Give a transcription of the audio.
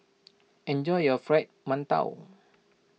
enjoy your Fried Mantou